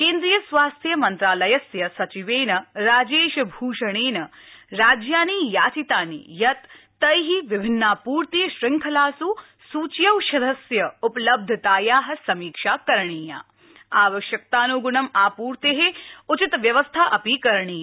केन्द्रीय स्वास्थ्य मन्त्रालयस्य सचिवेन राजेश भृषणेन राज्यानि याचितानि यत् तै विभिन्नापूर्ति शुंखलास् सुच्यौषधस्य उपलब्धताया समीक्षा करणीया आवश्यकतानग्ण आपूर्ते उचित व्यवस्था अपि करणीया